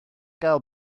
gael